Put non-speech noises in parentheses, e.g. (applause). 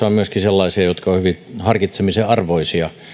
(unintelligible) on myöskin sellaisia jotka ovat hyvin harkitsemisen arvoisia